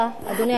אדוני היושב-ראש,